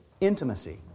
intimacy